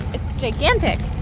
it's gigantic